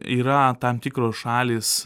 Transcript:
yra tam tikros šalys